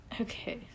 Okay